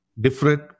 different